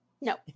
No